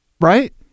Right